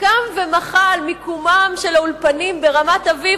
קם ומחה על מיקומם של האולפנים ברמת-אביב,